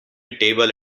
table